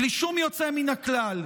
בלי שום יוצא מן הכלל: